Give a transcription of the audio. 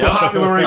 popular